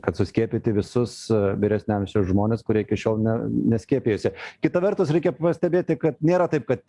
kad suskiepyti visus vyresnio amžiaus žmones kurie iki šiol ne neskiepyjosi kita vertus reikia pastebėti kad nėra taip kad